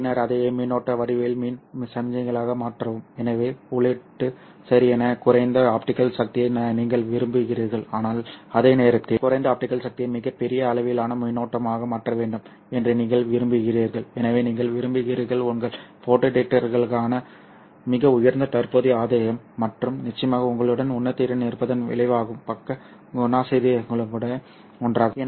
பின்னர் அதை மின்னோட்ட வடிவில் மின் சமிக்ஞைகளாக மாற்றவும் எனவே உள்ளீடு சரி என குறைந்த ஆப்டிகல் சக்தியை நீங்கள் விரும்புகிறீர்கள் ஆனால் அதே நேரத்தில் குறைந்த ஆப்டிகல் சக்தியை மிகப் பெரிய அளவிலான மின்னோட்டமாக மாற்ற வேண்டும் என்று நீங்கள் விரும்புகிறீர்கள் எனவே நீங்கள் விரும்புகிறீர்கள் உங்கள் ஃபோட்டோ டிடெக்டருக்கான மிக உயர்ந்த தற்போதைய ஆதாயம் மற்றும் நிச்சயமாக உங்களுடன் உணர்திறன் இருப்பதன் விளைவாகும் பக்க குணாதிசயங்களில் ஒன்றாகும்